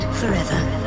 Forever